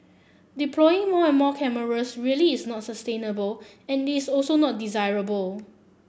deploying more and more cameras really is not sustainable and it's also not desirable